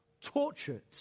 tortured